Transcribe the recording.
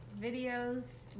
videos